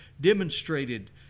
demonstrated